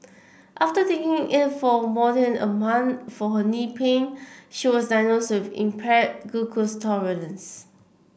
after taking it for more than a month for her knee pain she was diagnosed impaired glucose tolerance